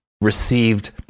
received